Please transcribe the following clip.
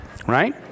Right